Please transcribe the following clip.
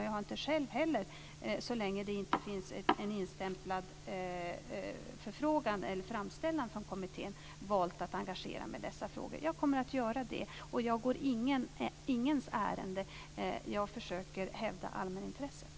Jag har inte själv heller, så länge det inte finns en instämplad förfrågan eller framställan från kommittén, valt att engagera mig i dessa frågor. Jag kommer att göra det. Men jag går ingens ärende, jag försöker hävda allmänintresset.